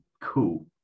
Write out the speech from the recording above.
cool